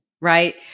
right